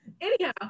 anyhow